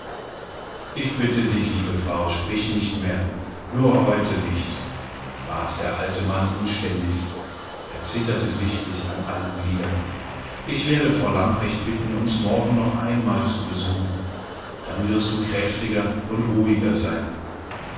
ich bitte dich liebe frau sprich nicht mehr nur heute nicht bat der alte mann inständigst er zitterte sichtlich an allen gliedern ich werde fräulein lamprecht bitten uns morgen noch einmal zu besuchen dann wirst du kräftiger und ruhiger sein